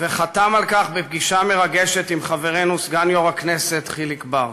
וחתם על כך בפגישה מרגשת עם חברנו סגן יושב-ראש הכנסת חיליק בר.